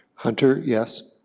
hunter, yes.